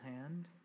hand